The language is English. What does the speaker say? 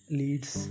leads